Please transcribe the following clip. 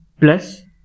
plus